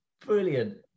brilliant